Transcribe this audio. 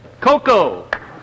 Coco